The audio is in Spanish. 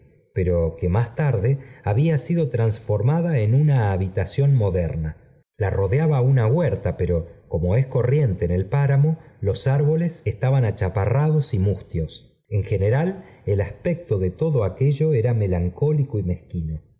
pero que más tarde había sido transformada en una habitación moderna la rodeaba una pero como es corriente en el páramo los árboles estaban achaparrados y mustios en general el aspecto de todo aquello era melancólico y mezquino